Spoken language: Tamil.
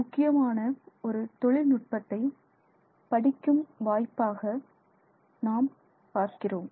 முக்கியமான ஒரு தொழில் நுட்பத்தை படிக்கும் வாய்ப்பாக நாம் பார்க்கிறோம்